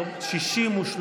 63,